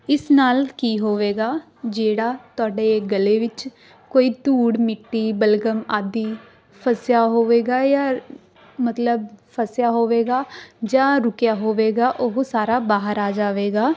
ਇਸ ਨਾਲ ਕੀ ਹੋਵੇਗਾ ਜਿਹੜਾ ਤੁਹਾਡੇ ਗਲੇ ਵਿੱਚ ਕੋਈ ਧੂੜ ਮਿੱਟੀ ਬਲਗਮ ਆਦਿ ਫਸਿਆ ਹੋਵੇਗਾ ਜਾਂ ਮਤਲਬ ਫਸਿਆ ਹੋਵੇਗਾ ਜਾਂ ਰੁਕਿਆ ਹੋਵੇਗਾ ਉਹ ਸਾਰਾ ਬਾਹਰ ਆ ਜਾਵੇਗਾ